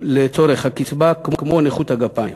לצורך הקצבה, כמו נכות הגפיים,